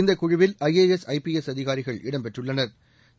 இந்த குழுவில் IAS IPS அதிகாரிகள் இடம் பெற்றுள்ளனா்